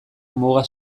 muga